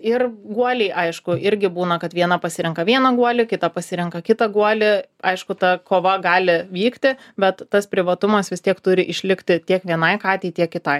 ir guoliai aišku irgi būna kad viena pasirenka vieną guolį kitą pasirenka kitą guolį aišku ta kova gali vykti bet tas privatumas vis tiek turi išlikti tiek vienai katei tiek kitai